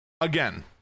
Again